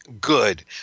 good